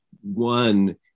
One